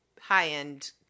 high-end